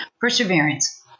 Perseverance